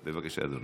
בבקשה, אדוני.